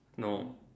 no